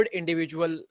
individual